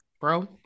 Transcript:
bro